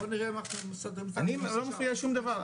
בוא נראה --- אני לא מפריע שום דבר,